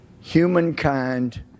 humankind